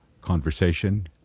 conversation